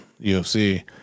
UFC